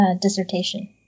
dissertation